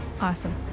Awesome